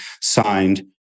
signed